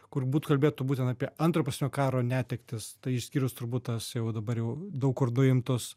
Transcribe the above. kur būt kalbėtų būtent apie antro pasaulinio karo netektis tai išskyrus turbūt tas jau dabar jau daug kur nuimtos